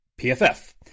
PFF